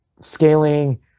scaling